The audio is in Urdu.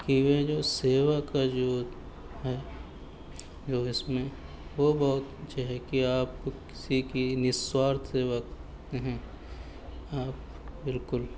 کہ وہ جو سیوا کا جو ہے جو اس میں وہ بہت یہ ہے کہ آپ کسی کی نہہ سوارتھ سیوا کرتے ہیں آپ بالکل